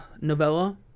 novella